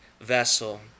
vessel